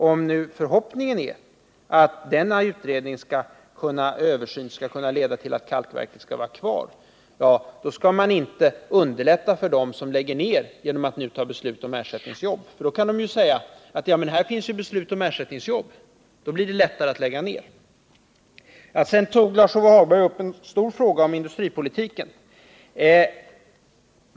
Om nu förhoppningen är den att denna översyn skall leda till att kalkbruket skall kunna bibehållas, skall man inte underlätta för dem som vill lägga ned det genom att fatta beslut om ersättningsjobb. Då kan dessa personer hänvisa till att det finns beslut om ersättningsjobb, vilket underlättar en nedläggning. Vidare tog Lars-Ove Hagberg upp en stor fråga om industripolitiken.